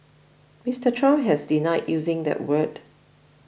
Mister Trump has denied using that word